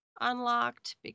unlocked